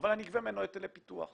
אבל אני אגבה ממנו היטלי פיתוח.